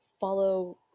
follow